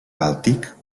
bàltic